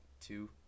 two